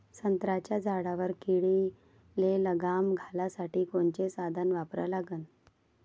संत्र्याच्या झाडावर किडीले लगाम घालासाठी कोनचे साधनं वापरा लागन?